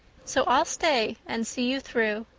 so i'll stay and see you through.